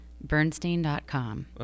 Bernstein.com